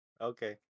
okay